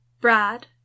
Brad